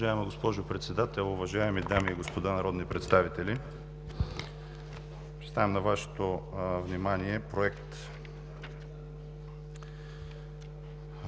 Уважаема госпожо Председател, уважаеми дами и господа народни представители! Представям на Вашето внимание Проект